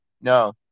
no